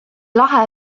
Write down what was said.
lahe